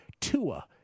Tua